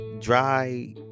dry